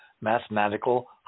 mathematical